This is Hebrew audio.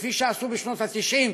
כפי שעשו בשנות ה-90?